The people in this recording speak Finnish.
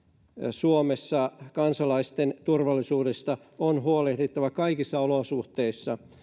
suomessa kansalaisten turvallisuudesta on huolehdittava kaikissa olosuhteissa